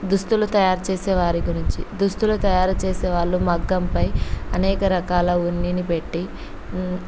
దుస్తులు తయారు చేసే వారి గురించి దుస్తులు తయారు చేసేవాళ్ళు మగ్గంపై అనేక రకాల ఉన్నిని పెట్టి